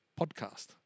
podcast